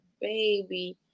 baby